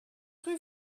rue